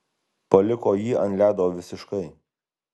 paliko jį ant ledo visiškai